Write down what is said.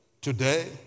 today